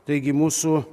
taigi mūsų